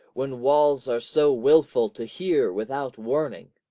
when walls are so wilful to hear without warning.